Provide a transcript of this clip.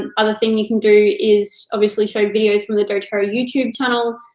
and other thing you can do is, obviously, show videos from the doterra youtube channel,